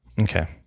Okay